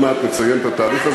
אני כבר לא מסתדר ככה.